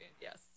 yes